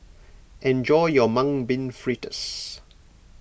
enjoy your Mung Bean Fritters